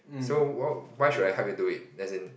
so wh~ why should I help you do it as in